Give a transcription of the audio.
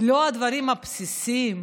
לא הדברים הבסיסיים.